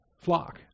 flock